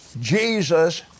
Jesus